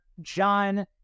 John